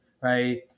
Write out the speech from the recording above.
right